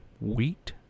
wheat